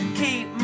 keep